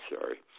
sorry